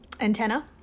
antenna